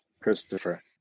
Christopher